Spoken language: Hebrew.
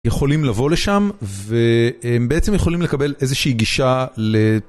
יכולים לבוא לשם והם בעצם יכולים לקבל איזושהי גישה ל...